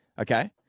Okay